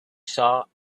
saw